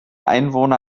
einwohner